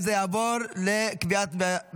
של חבר הכנסת דן אילוז וקבוצת חברי